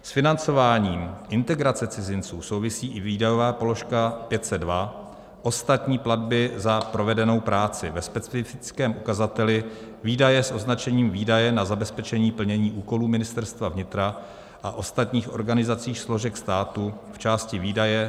S financováním integrace cizinců souvisí i výdajová položka 502 ostatní platby za provedenou práci ve specifickém ukazateli výdaje s označením výdaje na zabezpečení plnění úkolů Ministerstva vnitra a ostatních organizačních složek státu v části výdaje